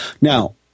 Now